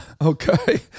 Okay